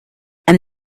and